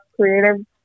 creative